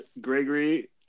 Gregory